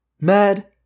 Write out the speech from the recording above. mad